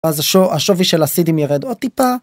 אז השווי של הסידים ירד עוד טיפה.